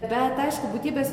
bet aišku būtybės